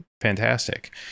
fantastic